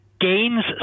gains